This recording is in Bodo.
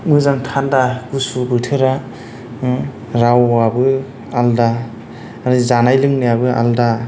मोजां थान्दा गुसु बोथोरा रावआबो आलादा आरो जानाय लोंनायाबो आलादा